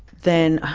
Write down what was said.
then